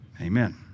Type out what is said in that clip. Amen